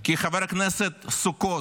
כי חבר הכנסת סוכות,